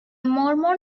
mormon